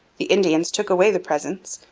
the indians took away the presents,